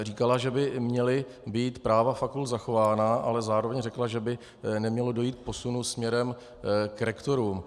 Říkala, že by měla být práva fakult zachována, ale zároveň řekla, že by nemělo dojít k posunu směrem k rektorům.